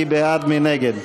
מי בעד, מי נגד?